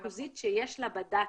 -- המרכזית שיש לה בדאטה.